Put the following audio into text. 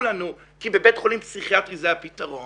לנו כי בבית חולים פסיכיאטרי זה הפתרון